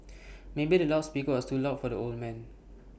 maybe the loud speaker was too loud for the old man